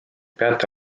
peate